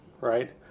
right